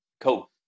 Cool